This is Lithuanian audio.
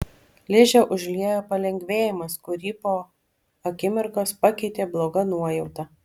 ližę užliejo palengvėjimas kurį po akimirkos pakeitė bloga nuojauta